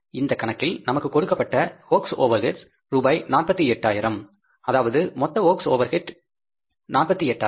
இந்த கணக்கில் நமக்கு கொடுக்கப்பட்ட ஒர்க்ஸ் ஓவர்ஹெட்ஸ் ரூபாய் 48000 அதாவது மொத்த ஒர்க்ஸ் ஓவர்ஹெட்ஸ் 48000